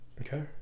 Okay